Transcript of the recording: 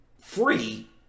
free